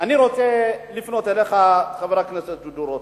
אני רוצה לפנות אליך, חבר הכנסת דודו רותם,